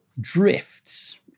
drifts